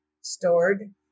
stored